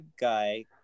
guy